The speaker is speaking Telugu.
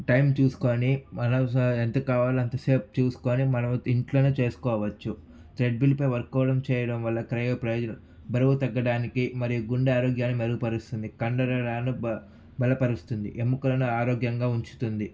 టైమ్ చూసుకొని మరోసారి ఎంత కావాలో అంత సేపు చూసుకొని మనం ఇంట్లోనే చేసుకోవచ్చు ట్రెడ్మిల్పై వర్క్అవుట్ చేయడం వల్ల కలిగే ప్రయోజనం బరువు తగ్గడానికి మరియు గుండె ఆరోగ్యాన్ని మెరుగుపరుస్తుంది కండరాలను బలపరుస్తుంది ఎముకలను ఆరోగ్యంగా ఉంచుతుంది